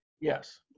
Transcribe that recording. Yes